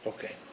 Okay